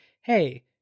hey